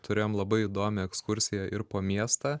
turėjom labai įdomią ekskursiją ir po miestą